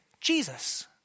Jesus